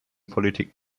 politik